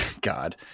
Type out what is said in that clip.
God